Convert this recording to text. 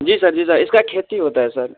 जी sir जी sir इसकी खेती होता है सर